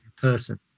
person